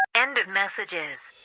end of messages